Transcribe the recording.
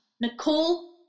Nicole